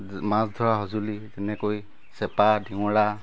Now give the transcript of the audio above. মাছ ধৰা সঁজুলি তেনেকৈ চেপা ডিঙৰা